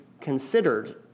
considered